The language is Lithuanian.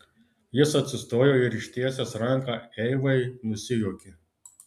jis atsistojo ir ištiesęs ranką eivai nusijuokė